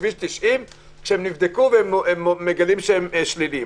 כביש 90 - שנבדקו ומגלים שהם שליליים.